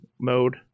mode